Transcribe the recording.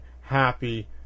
happy